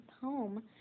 home